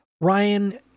Ryan